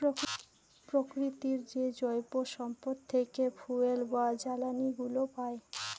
প্রকৃতির যে জৈব সম্পদ থেকে ফুয়েল বা জ্বালানিগুলো পাই